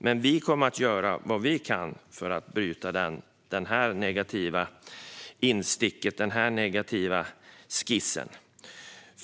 Men vi kommer att göra vad vi kan för att bryta detta negativa instick och denna negativa skiss.